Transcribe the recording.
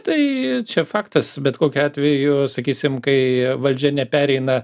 tai čia faktas bet kokiu atveju sakysim kai valdžia nepereina